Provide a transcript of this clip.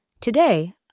Today